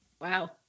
Wow